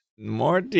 More